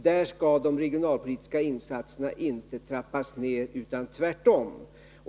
Där skall de regionalpolitiska insatserna inte trappas ner, tvärtom.